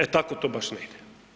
E tako to baš ne ide.